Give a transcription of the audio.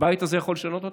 הבית הזה יכול לשנות אותה.